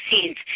scenes